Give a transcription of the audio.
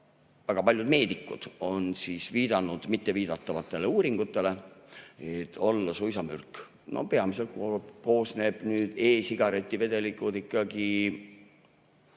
väga paljud meedikud on viidanud mitteviidatavatele uuringutele, et need olla suisa mürk. Peamiselt koosnevad e-sigareti vedelikud ikkagi